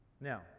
Now